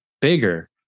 bigger